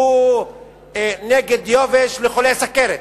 הוא נגד יובש לחולי סוכרת,